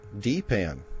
D-PAN